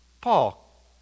Paul